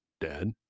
dad